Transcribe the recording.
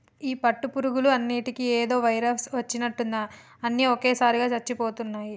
ఈ పట్టు పురుగులు అన్నిటికీ ఏదో వైరస్ వచ్చినట్టుంది అన్ని ఒకేసారిగా చచ్చిపోతున్నాయి